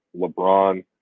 LeBron